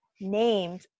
named